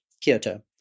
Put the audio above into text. Kyoto